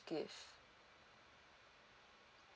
gift